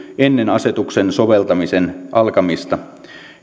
ennen asetuksen soveltamisen alkamista